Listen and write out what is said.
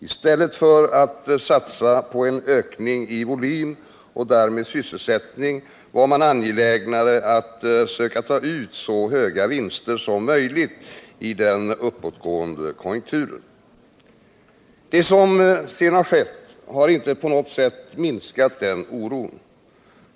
I stället för att satsa på en ökning i volym och därmed sysselsättning, var man angelägnare att söka ta ut så höga vinster som möjligt i den uppåtgående konjunkturen. Det som sedan skett har inte på något sätt minskat den oron.